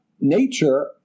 nature